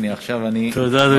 הנה, עכשיו אני, תודה.